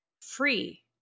free